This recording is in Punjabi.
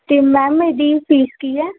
ਅਤੇ ਮੈਮ ਇਹਦੀ ਫੀਸ ਕੀ ਹੈ